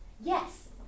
Yes